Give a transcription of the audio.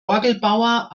orgelbauer